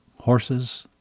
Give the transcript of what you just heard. horses